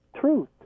truth